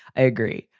i agree.